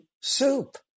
soup